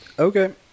Okay